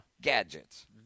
gadgets